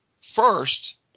first